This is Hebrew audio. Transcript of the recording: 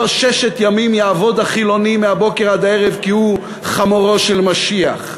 לא ששת ימים יעבוד החילוני מהבוקר עד הערב כי הוא חמורו של משיח.